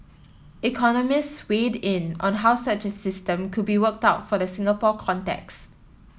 economists weighed in on how such a system could be worked out for the Singapore context